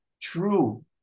true